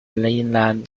italian